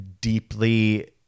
deeply